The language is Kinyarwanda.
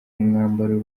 umwambaro